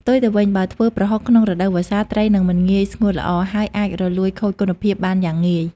ផ្ទុយទៅវិញ បើធ្វើប្រហុកក្នុងរដូវវស្សា ត្រីនឹងមិនងាយស្ងួតល្អ ហើយអាចរលួយខូចគុណភាពបានយ៉ាងងាយ។